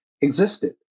existed